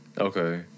Okay